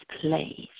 place